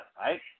right